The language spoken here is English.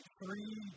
three